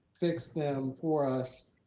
fix them for us,